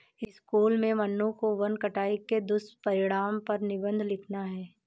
school में मन्नू को वन कटाई के दुष्परिणाम पर निबंध लिखना है